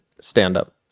stand-up